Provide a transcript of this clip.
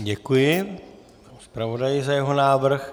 Děkuji zpravodaji za jeho návrh.